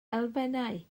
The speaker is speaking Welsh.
elfennau